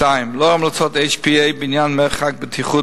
2. לאור המלצות ה-HPA בעניין מרחק בטיחות